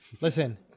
Listen